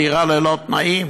בדירה ללא תנאים,